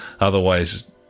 Otherwise